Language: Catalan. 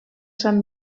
sant